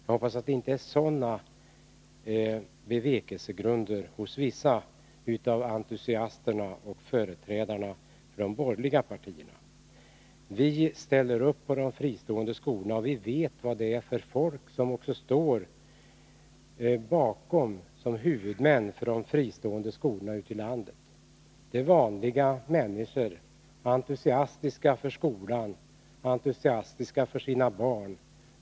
Jag hoppas att det inte är sådana bevekelsegrunder hos vissa av entusiasterna och förespråkarna för de borgerliga partierna. Vi ställer upp på de fristående skolorna, och vi vet vilka som är huvudmän för de fristående skolorna ute i landet. Det är vanliga människor, entusiastiska för skolan och för sina barn.